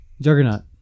Juggernaut